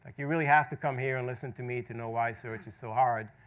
you really have to come here and listen to me to know why search is so hard.